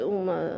uma